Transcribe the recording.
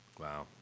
Wow